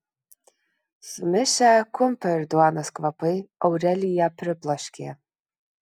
sumišę kumpio ir duonos kvapai aureliją pribloškė